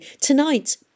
Tonight